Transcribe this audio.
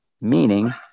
meaning